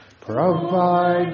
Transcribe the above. Provide